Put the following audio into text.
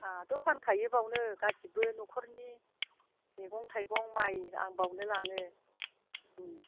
आंहाथ' फानखायो बावनो गासैबो न'खरनि मैगं थाइगं बाइयो आं बावनो लायो